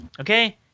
okay